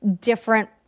different